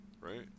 right